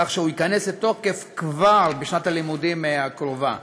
כך שהוא ייכנס לתוקף כבר בשנת הלימודים הקרובה,